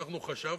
אנחנו חשבנו,